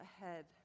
ahead